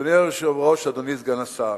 אדוני היושב-ראש, אדוני סגן השר,